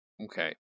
okay